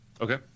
Okay